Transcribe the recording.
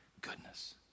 goodness